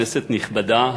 כנסת נכבדה,